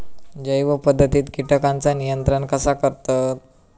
जैव पध्दतीत किटकांचा नियंत्रण कसा करतत?